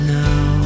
now